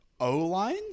O-line